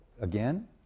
again